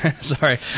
Sorry